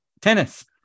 tennis